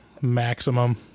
maximum